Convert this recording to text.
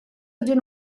ydyn